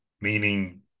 meaning